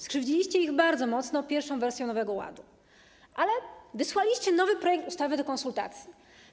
Skrzywdziliście ich bardzo mocno pierwszą wersją Nowego Ładu, ale wysłaliście nowy projekt ustawy do konsultacji.